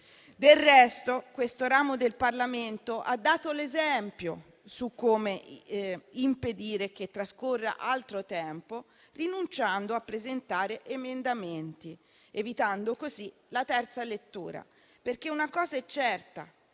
Del resto, questo ramo del Parlamento ha dato l'esempio su come impedire che trascorra altro tempo, rinunciando a presentare emendamenti ed evitando così la terza lettura. Una cosa è certa